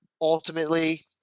Ultimately